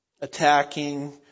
attacking